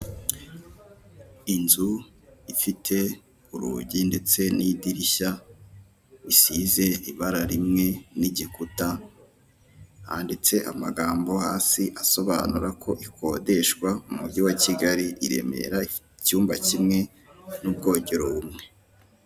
Inyubako ifite ibara ry'umweru ifite n'amadirishya y'umukara arimo utwuma, harimo amarido afite ibara ry'ubururu ndetse n'udutebe, ndetse hari n'akagare kicaramo abageze mu za bukuru ndetse n'abamugaye, harimo n'ifoto imanitsemo muri iyo nyubako.